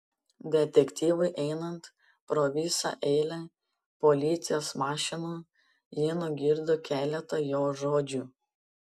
detektyvui einant pro visą eilę policijos mašinų ji nugirdo keletą jo žodžių